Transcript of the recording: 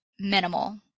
minimal